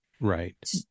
Right